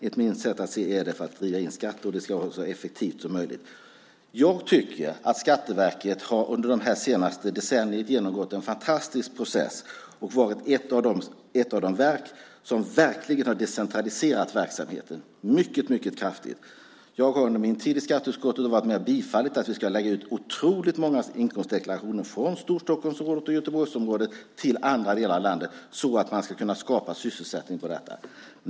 Enligt mitt sätt att se är det för att man ska driva in skatter, och det ska ske så effektivt som möjligt. Jag tycker att Skatteverket under det senaste decenniet har genomgått en fantastisk process och varit ett av de verk som verkligen har decentraliserat verksamheten mycket kraftigt. Jag har under min tid i skatteutskottet varit med och föreslagit bifall till att vi ska lägga ut otroligt många inkomstdeklarationer från Storstockholmsområdet och Göteborgsområdet på andra delar av landet, så att man ska kunna skapa sysselsättning.